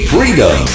Freedom